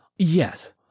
Yes